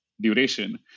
duration